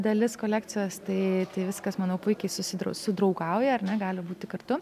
dalis kolekcijos tai viskas manau puikiai susidurau sudraugavo ar ne gali būti kartu